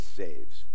saves